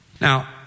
Now